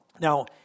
Now